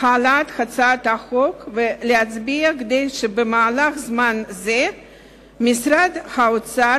העלאת הצעת החוק להצבעה כדי שבמהלך זמן זה משרד האוצר